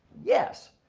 yes.